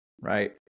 right